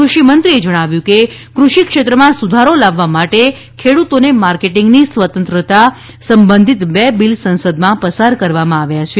કૃષિ ઉત્પાદન કૃષિ મંત્રીએ જણાવ્યું કે કૃષિ ક્ષેત્રમાં સુધારો લાવવા માટે ખેડુતોને માર્કેટિંગની સ્વતંત્રતા સંબંધિત બે બિલ સંસદમાં પસાર કરવામાં આવ્યા છે